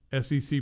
SEC